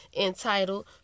entitled